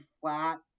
flat